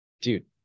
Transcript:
dude